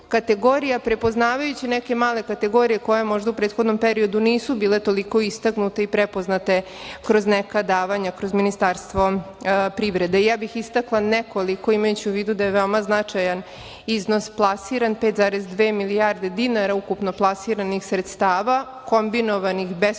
prepoznavajući neke male kategorije koje možda u prethodnom periodu nisu bile toliko istaknute i prepoznate kroz neka davanja kroz Ministarstvo privrede. Istakla bih nekoliko, imajući u vidu da je veoma značajan iznos plasiran, 5,2 milijarde dinara ukupno plasiranih sredstava, kombinovanih